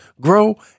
grow